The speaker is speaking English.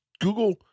google